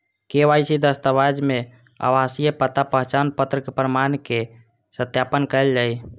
KYC दस्तावेज मे आवासीय पता, पहचान पत्र के प्रमाण के सत्यापन कैल जाइ छै